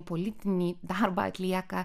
politinį darbą atlieka